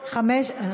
להתלהם, א.